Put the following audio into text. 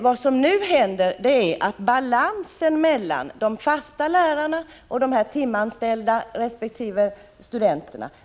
Vad som nu händer är att det har uppstått en obalans mellan de fast anställda lärarna och de timanställda resp. studenterna.